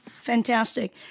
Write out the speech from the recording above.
Fantastic